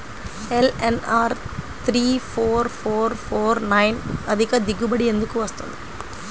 LNR three four four four nine అధిక దిగుబడి ఎందుకు వస్తుంది?